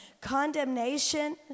condemnation